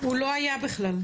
הוא לא היה בכלל.